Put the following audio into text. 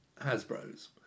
Hasbro's